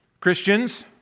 Christians